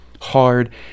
hard